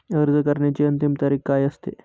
अर्ज करण्याची अंतिम तारीख काय असते?